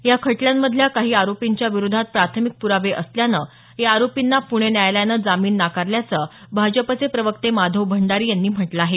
या खटल्यांमधल्या काही आरोपींच्या विरोधात प्राथमिक प्रावे असल्यानं या आरोपींना पूणे न्यायालयानं जामीन नाकारल्याचं भाजपचे प्रवक्ते माधव भंडारी यांनी म्हटलं आहे